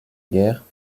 guerre